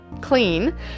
clean